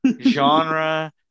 genre